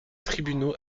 tribunaux